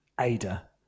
Ada